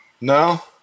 No